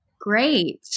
great